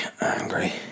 angry